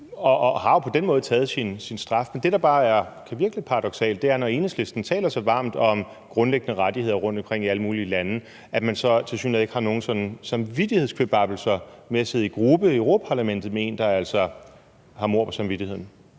og har på den måde taget sin straf. Men det, der bare kan virke lidt paradoksalt, er, når Enhedslisten taler så varmt om grundlæggende rettigheder rundtomkring i alle mulige lande, at man så tilsyneladende ikke har nogen sådan samvittighedskvababbelser ved at sidde i gruppe i Europa-Parlamentet med en, der altså har mord på samvittigheden.